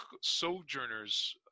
sojourners